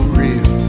real